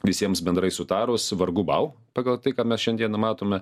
visiems bendrai sutarus vargu bau pagal tai ką mes šiandien numatome